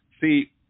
see